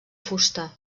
fusta